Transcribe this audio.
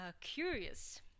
curious